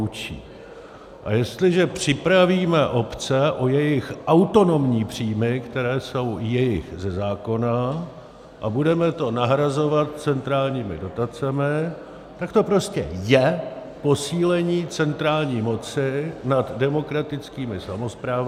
A jestliže připravíme obce o jejich autonomní příjmy, které jsou jejich ze zákona, a budeme to nahrazovat centrálními dotacemi, tak to prostě je posílení centrální moci nad demokratickými samosprávami.